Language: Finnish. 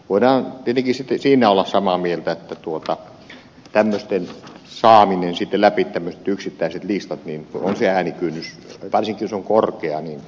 voidaan tietenkin siinä olla samaa mieltä että tämmöisten yksittäisten listojen saaminen läpi varsinkin jos on korkea äänikynnys on hankalaa